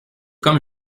comme